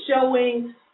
showing